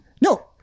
No